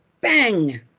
bang